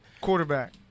quarterback